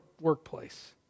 workplace